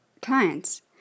clients